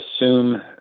assume